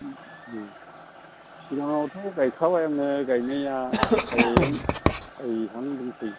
सिगाङावथ' गायखाबायानो गायनाया थाइहांदोंसै